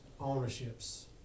ownerships